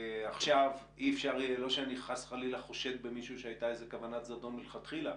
לא שאני חס וחלילה חושד במישהו שהייתה כוונת זדון מלכתחילה,